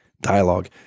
dialogue